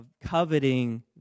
coveting